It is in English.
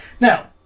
Now